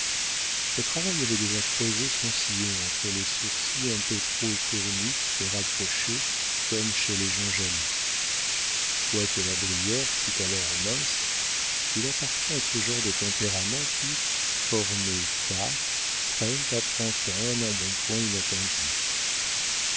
le travail avait déjà creusé son sillon entre les sourcils un peu trop fournis et rapprochés comme chez les gens jaloux quoique la brière fût alors mince il appartient à ce genre de tempéraments qui formés tard prennent à trente ans un embonpoint inattendu